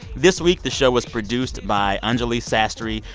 this week, the show was produced by anjuli sastry,